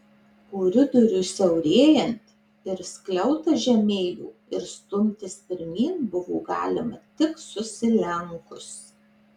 koridoriui siaurėjant ir skliautas žemėjo ir stumtis pirmyn buvo galima tik susilenkus